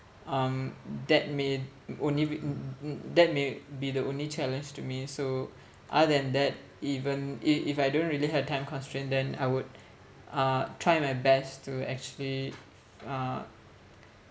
um that may only be that may be the only challenge to me so other than that even if if I don't really have time constraint then I would uh try my best to actually uh